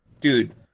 Dude